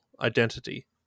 identity